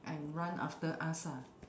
and run after us ah